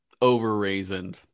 over-raisined